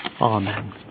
Amen